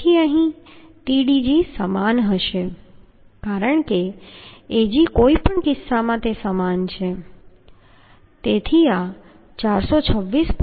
તેથી અહીં Tdg સમાન હશે કારણ કે Ag કોઈપણ કિસ્સામાં તે સમાન છે તેથી આ 426